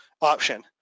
option